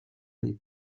les